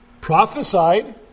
prophesied